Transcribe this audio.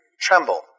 tremble